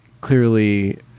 clearly